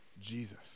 Jesus